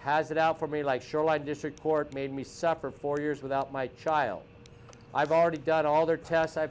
has it out for me like shoreline district court made me suffer for years without my child i've already done all their tests i